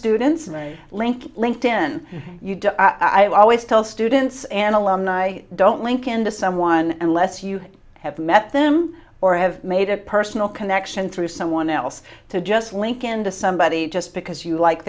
students and link linked in i always tell students and alumni don't link into someone unless you have met them or have made a personal connection through someone else to just link into somebody just because you like